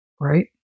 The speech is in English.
right